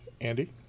Andy